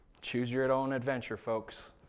choose-your-own-adventure-folks